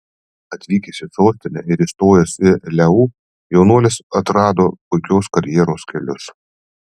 atvykęs į sostinę ir įstojęs į leu jaunuolis atrado puikios karjeros kelius